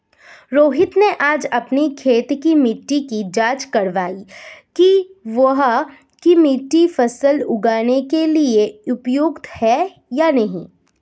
रोहित ने आज अपनी खेत की मिट्टी की जाँच कारवाई कि वहाँ की मिट्टी फसल उगाने के लिए उपयुक्त है या नहीं